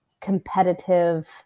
competitive